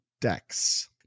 decks